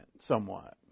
somewhat